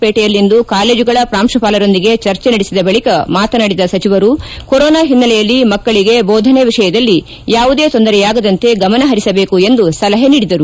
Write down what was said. ಪೇಟೆಯಲ್ಲಿಂದು ಕಾಲೇಜುಗಳ ಪ್ರಾಂಶುಪಾಲರೊಂದಿಗೆ ಚರ್ಚೆ ನಡೆಸಿದ ಬಳಿಕ ಮಾತನಾಡಿದ ಸಚಿವರು ಕೊರೋನಾ ಹಿನ್ನೆಲೆಯಲ್ಲಿ ಮಕ್ಕಳಿಗೆ ಬೋಧನೆ ವಿಷಯದಲ್ಲಿ ಯಾವುದೇ ತೊಂದರೆಯಾಗದಂತೆ ಗಮನಪರಿಸಬೇಕು ಎಂದು ಸಲಹೆ ನೀಡಿದರು